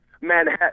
Manhattan